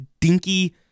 dinky